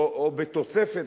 או בתוספת,